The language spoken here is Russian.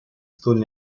столь